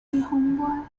you